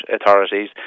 authorities